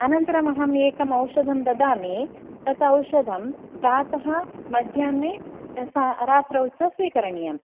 अनन्तरम् अहम् एकम् औषधं ददामि तत् औषधं प्रातः मध्याह्ने सा रात्रौ च स्वीकरणीयम्